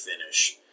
finish